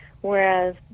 whereas